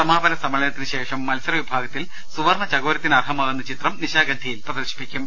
സമാപന സമ്മേളനത്തിന് ശേഷം മത്സരവിഭാഗ ത്തിൽ സുവർണ്ണ ചകോരത്തിന് അർഹമാകുന്ന ചിത്രം നിശാഗന്ധിയിൽ പ്രദർശിപ്പിക്കും